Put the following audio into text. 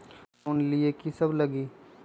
Loan लिए की सब लगी?